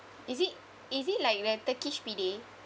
is it is it like the turkish pide